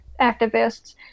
activists